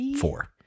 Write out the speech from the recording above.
Four